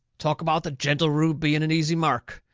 talk about the gentle rube being an easy mark!